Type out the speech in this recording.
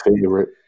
favorite